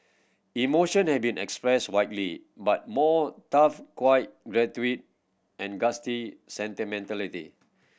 emotion have been expressed widely but more tough quiet and sentimentality